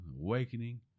awakening